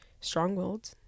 strong-willed